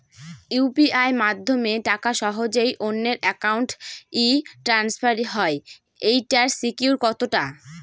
UPI মাধ্যমে টাকা সহজেই অন্যের অ্যাকাউন্ট ই ট্রান্সফার হয় এইটার সিকিউর কত টা?